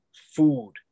food